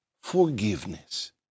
forgiveness